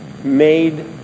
made